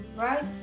Right